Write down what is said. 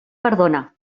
perdona